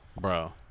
Bro